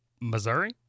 Missouri